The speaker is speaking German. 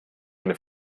eine